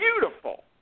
Beautiful